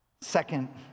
second